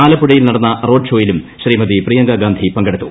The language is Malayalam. ആലപ്പുഴയിൽ നടന്ന റോഡ് ഷോയിലും ശ്രീമതി പ്രിയങ്ക ഗാന്ധി പങ്കെടുത്തു